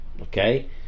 okay